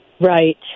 Right